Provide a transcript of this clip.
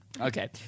okay